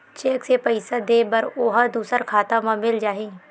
Cheque से पईसा दे बर ओहा दुसर खाता म मिल जाही?